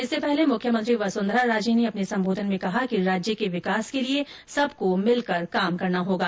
इससे पहले मुख्यमंत्री वसुंधरा राजे ने अपने संबोधन में कहा कि राज्य के विकास के लिए सबको मिलकर काम करना होगा